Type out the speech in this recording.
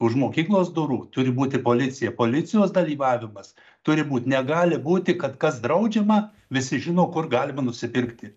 už mokyklos durų turi būti policija policijos dalyvavimas turi būt negali būti kad kas draudžiama visi žino kur galima nusipirkti